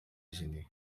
sini